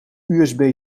usb